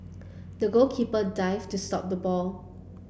the goalkeeper dived to stop the ball